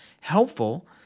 helpful